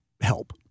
help